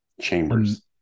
chambers